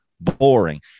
boring